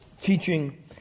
Teaching